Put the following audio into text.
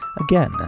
again